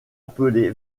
appelée